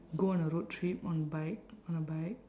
go on a road trip on bike on a bike